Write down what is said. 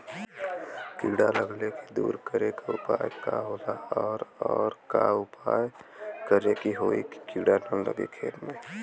कीड़ा लगले के दूर करे के उपाय का होला और और का उपाय करें कि होयी की कीड़ा न लगे खेत मे?